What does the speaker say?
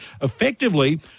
effectively